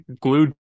glued